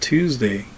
Tuesday